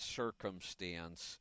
circumstance –